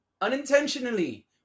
Unintentionally